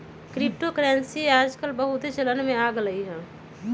crypto currency याजकाल बहुते चलन में आ रहल हइ